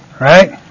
right